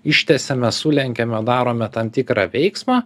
ištiesiame sulenkiame darome tam tikrą veiksmą